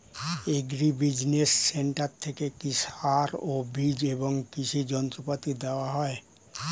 Agri business centre থেকে কি সার ও বিজ এবং কৃষি যন্ত্র পাতি দেওয়া হয়?